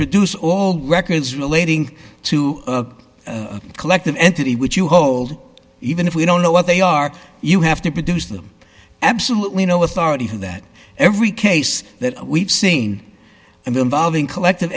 produce all records relating to collective entity which you hold even if we don't know what they are you have to produce them absolutely no authority to that every case that we've seen and involving collect